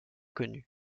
connue